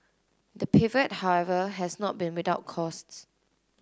the pivot however has not been without costs